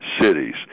cities